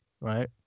right